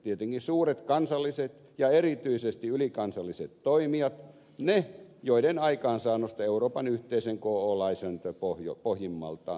tietenkin suuret kansalliset ja erityisesti ylikansalliset toimijat ne joiden aikaansaannosta euroopan yhteisön kyseessä oleva lainsäädäntö pohjimmaltaan on